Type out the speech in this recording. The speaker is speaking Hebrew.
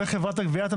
לגבי חובת הסודיות,